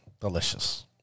delicious